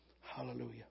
Hallelujah